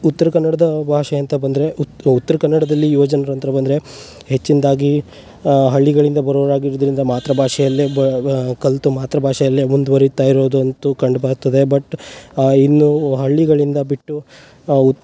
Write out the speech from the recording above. ಉತ್ರ ಕನ್ನಡದ ಭಾಷೆ ಅಂತ ಬಂದರೆ ಉತ್ರ ಕನ್ನಡದಲ್ಲಿ ಯುವ ಜನ್ರು ಅಂತ ಬಂದರೆ ಹೆಚ್ಚಿನದಾಗಿ ಹಳ್ಳಿಗಳಿಂದ ಬರೋರಾಗಿರೋದ್ರಿಂದ ಮಾತೃಭಾಷೆಯಲ್ಲೇ ಬ ಕಲಿತು ಮಾತೃಭಾಷೆಯಲ್ಲೇ ಮುಂದುವರೀತಾ ಇರೋದಂತೂ ಕಂಡುಬರ್ತದೆ ಬಟ್ ಇನ್ನೂ ಹಳ್ಳಿಗಳಿಂದ ಬಿಟ್ಟು ಉತ್